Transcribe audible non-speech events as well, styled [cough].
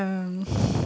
um [breath]